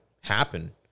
happen